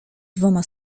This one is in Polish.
dwoma